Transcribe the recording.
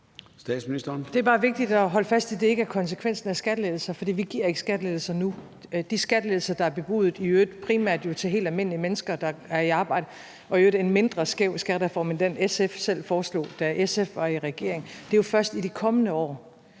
Det er bare vigtigt at holde fast i, at det ikke er konsekvensen af skattelettelser, for vi giver ikke skattelettelser nu. De skattelettelser, der er bebudet, i øvrigt primært til helt almindelige mennesker, der er i arbejde – og det er i øvrigt en mindre skæv skattereform, end SF selv foreslog, da SF var i regering – kommer jo først i de kommende år.